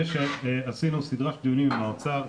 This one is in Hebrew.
עשינו סדרה של דיונים עם האוצר,